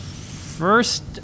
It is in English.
first